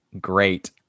great